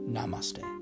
Namaste